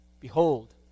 Behold